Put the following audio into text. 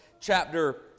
chapter